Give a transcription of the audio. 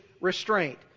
restraint